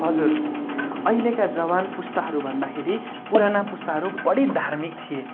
हजुर अहिलेका जवान पुस्ताहरू भन्दाखेरि पुराना पुस्ताहरू बढी धार्मिक थिए